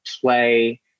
play